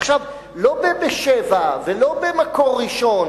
עכשיו, לא ב"בשבע" ולא ב"מקור ראשון",